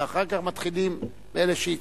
ואחר כך מתחילים אלה שהצטרפו.